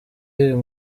uyu